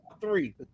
three